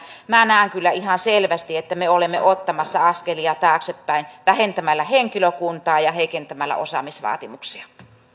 minä näen kyllä ihan selvästi että me olemme ottamassa askelia taaksepäin vähentämällä henkilökuntaa ja heikentämällä osaamisvaatimuksia